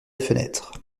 fenêtre